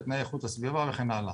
לתנאי איכות הסביבה וכן הלאה.